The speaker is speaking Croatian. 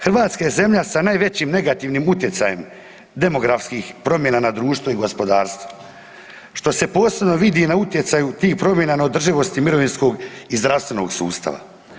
Hrvatska je zemlja sa najvećim negativnim utjecajem demografskih promjena na društvo i gospodarstvo što se posebno vidi na utjecaju tih promjena na održivosti mirovinskog i zdravstvenog sustava.